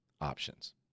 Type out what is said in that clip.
options